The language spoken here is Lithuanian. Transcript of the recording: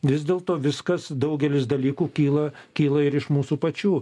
vis dėlto viskas daugelis dalykų kyla kyla ir iš mūsų pačių